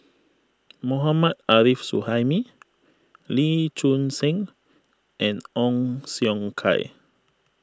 Mohammad Arif Suhaimi Lee Choon Seng and Ong Siong Kai